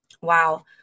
Wow